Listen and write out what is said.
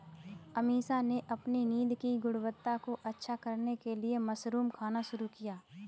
अमीषा ने अपनी नींद की गुणवत्ता को अच्छा करने के लिए मशरूम खाना शुरू किया